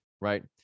right